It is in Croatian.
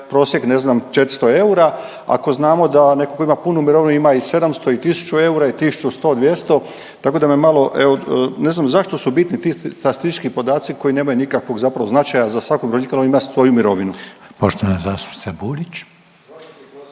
prosjek ne znam 400 eura, ako znamo neko ko ima punu mirovinu ima i 700 i 1000 eura i 1100, 200 tako da me malo evo ne znam zašto su bitni ti statistički podaci koji nemaju nikakvog zapravo značaja za svakog umirovljenika on ima svoju mirovinu. **Reiner, Željko